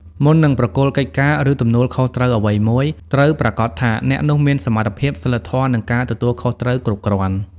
មុននឹងប្រគល់កិច្ចការ ឬទំនួលខុសត្រូវអ្វីមួយ ត្រូវប្រាកដថាអ្នកនោះមានសមត្ថភាព សីលធម៌ និងការទទួលខុសត្រូវគ្រប់គ្រាន់។